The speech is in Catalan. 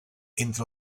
entre